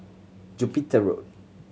Jupiter Road